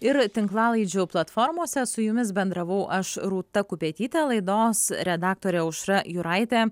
ir tinklalaidžių platformose su jumis bendravau aš rūta kupetytė laidos redaktorė aušra juraitė